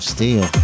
Steel